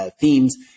themes